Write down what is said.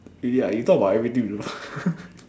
really ah you thought about everything before